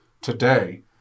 today